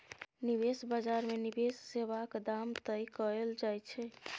निबेश बजार मे निबेश सेबाक दाम तय कएल जाइ छै